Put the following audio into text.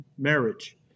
marriage